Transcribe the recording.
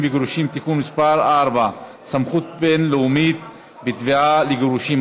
וגירושין) (תיקון מס' 4) (סמכות בין-לאומית בתביעה לגירושין),